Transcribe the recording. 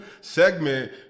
segment